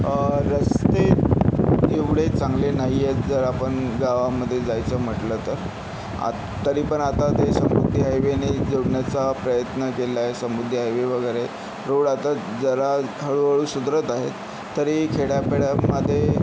रस्ते तेवढे चांगले नाही आहेत जर आपण गावामध्ये जायचं म्हटलं तर तरी पण आता ते समृद्धी हायवेने जोडण्याचा प्रयत्न केला आहे समृद्धी हायवे वगैरे रोड आता जरा हळू हळू सुधारत आहेत तरी खेड्यापाड्यांमध्ये